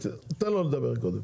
אבל עוד פעם,